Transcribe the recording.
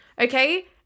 okay